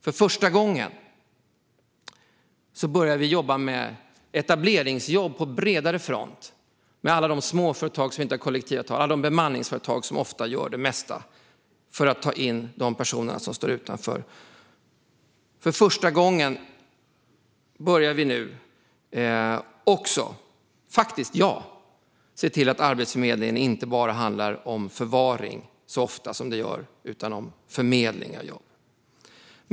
För första gången börjar vi på bredare front jobba med etableringsjobb med alla de småföretag som inte har kollektivavtal och med alla de bemanningsföretag som ofta gör mest för att ta in personer som står utanför. För första gången börjar vi också se till att Arbetsförmedlingen inte bara handlar om förvaring, som det ofta gör, utan om förmedling av jobb.